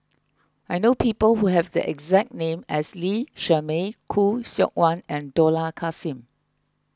I know people who have the exact name as Lee Shermay Khoo Seok Wan and Dollah Kassim